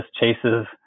chases